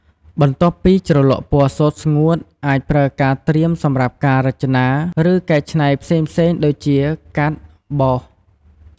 បន្ទាប់ពីជ្រលក់ពណ៌សូត្រស្ងួត អាចប្រើការត្រៀមសម្រាប់ការរចនា ឬកែច្នៃផ្សេងៗដូចជាកាត់ បោស។